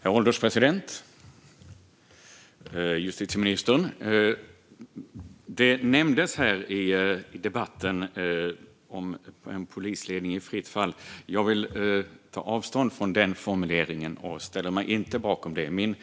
Herr ålderspresident och justitieministern! I debatten nämndes en polisledning i fritt fall. Jag tar avstånd från den formuleringen och ställer mig inte bakom den. Min